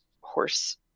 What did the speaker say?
horse